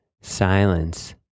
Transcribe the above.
Silence